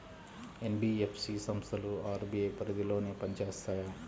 NBFC సంస్థలు RBI పరిధిలోనే పని చేస్తాయా?